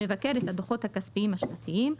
המבקר את הדוחות הכספיים השנתיים.